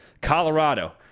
Colorado